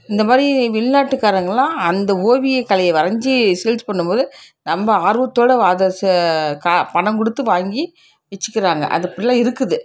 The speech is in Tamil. இந்த மாதிரி வெளிநாட்டுக்காரங்களெலாம் அந்த ஓவியக்கலையை வரஞ்சு சேல்ஸ் பண்ணும் போது நம்ப ஆர்வத்தோடு அத ச கா பணம் கொடுத்து வாங்கி வெச்சுக்கிறாங்க அது அப்படியெல்லாம் இருக்குது